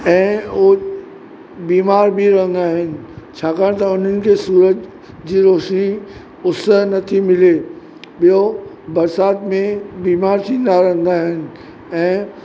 ऐं उहो बीमार बि रहंदा आहिनि छाकाणि त उन्हनि खे सुरज जी रोशिनी उस नथी मिले ॿियो बरसाति में बीमार थींदा रहंदा आहिनि ऐं